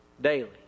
daily